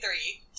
three